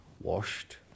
washed